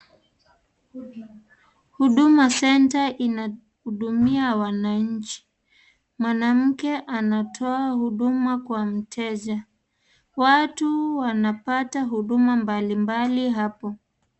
Huduma centre inahudumia wananchi. Mwanamke anatoa huduma kwa mteja. Watu wanapata huduma mbalimbali hapo